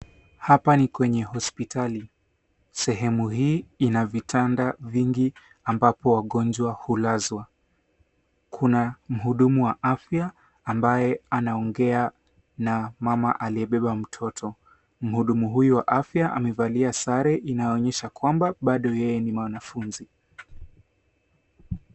Hapa ni kwenye hospitali. Sehemu hii ina vitanda vingi ambapo wagonjwa hulazwa. Kuna mhudumu wa afya ambaye anaongea na mama aliyebeba mtoto. Mhudumu huyu wa afya amevalia sare inayoonyesha kwamba bado yeye ni mwanafunzi.